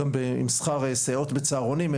גם עם שכר סייעות בצהרונים,